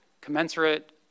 commensurate